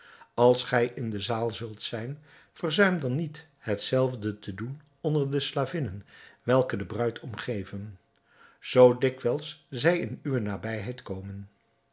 als gij in de zaal zult zijn verzuim dan niet het zelfde te doen onder de slavinnen welke de bruid omgeven zoo dikwijls zij in uwe nabijheid komen